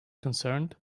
concerned